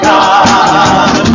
God